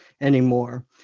anymore